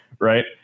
Right